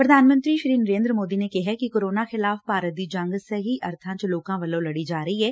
ਪ੍ਰਧਾਨ ਮੰਤਰੀ ਨਰੇਂਦਰ ਮੋਦੀ ਨੇ ਕਿਹੈ ਕਿ ਕੋਰੋਨਾ ਖਿਲਾਫ ਭਾਰਤ ਦੀ ਜੰਗ ਸਹੀ ਅਰਥਾਂ 'ਚ ਲੋਕਾਂ ਵਲੋਂ ਲੜੀ ਜਾ ਰਹੀ ਏ